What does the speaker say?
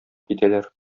китәләр